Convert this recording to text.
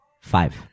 five